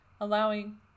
allowing